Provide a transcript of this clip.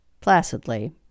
placidly